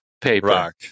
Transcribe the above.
paper